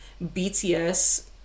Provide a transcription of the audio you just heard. BTS